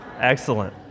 Excellent